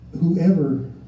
Whoever